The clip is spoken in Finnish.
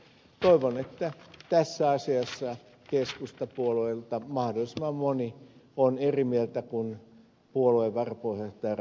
toivon että tässä asiassa keskustapuolueesta mahdollisimman moni on eri mieltä kuin puolueen varapuheenjohtaja rantakangas